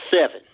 seven